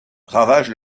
ravage